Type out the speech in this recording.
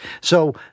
So-